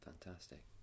Fantastic